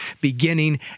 beginning